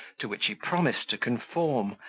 to which he promised to conform,